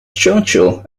churchill